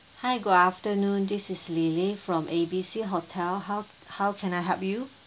hi good afternoon this is lily from A B C hotel how how can I help you